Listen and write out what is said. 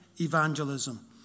evangelism